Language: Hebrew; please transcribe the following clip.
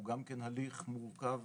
הוא גם הליך מורכב,